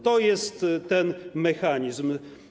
To jest ten mechanizm.